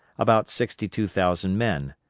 about sixty-two thousand men,